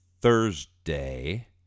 Thursday